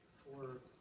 for,